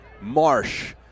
Marsh